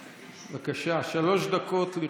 בבקשה, שלוש דקות לרשותך.